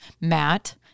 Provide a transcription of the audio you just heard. Matt